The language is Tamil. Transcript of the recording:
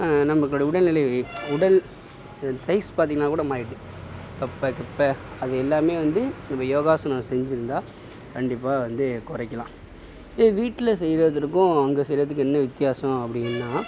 நம்மளுடைய உடல்நிலை உடல் சைஸ் கூட பார்த்திங்கனா கூட மாறிவிட்டு தொப்பை கிப்பை அது எல்லாமே வந்து நம்ம யோகாசனம் செஞ்சியிருந்தா கண்டிப்பாக வந்து குறைக்கலாம் இல்லை வீட்டில் செய்யறதுக்கும் அங்கே செய்யறதுக்கும் என்ன வித்தியாசம் அப்படின்னா